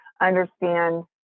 understand